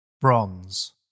Bronze